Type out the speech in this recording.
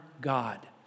God